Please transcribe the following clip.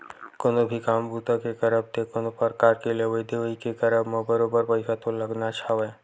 कोनो भी काम बूता के करब ते कोनो परकार के लेवइ देवइ के करब म बरोबर पइसा तो लगनाच हवय